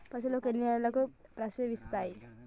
పశువులు ఎన్ని నెలలకు ప్రసవిస్తాయి?